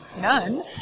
none